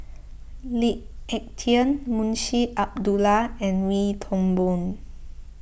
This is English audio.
Lee Ek Tieng Munshi Abdullah and Wee Toon Boon